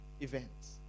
events